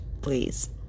please